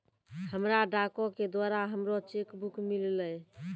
हमरा डाको के द्वारा हमरो चेक बुक मिललै